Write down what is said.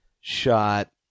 shot